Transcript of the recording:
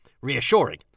Reassuring